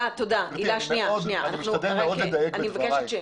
גברתי, אני משתדל מאוד לדייק בדבריי.